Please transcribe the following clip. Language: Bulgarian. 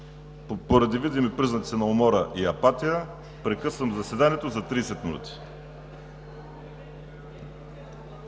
Поради видими признаци на умора и апатия прекъсвам заседанието за 30 минути.